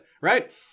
right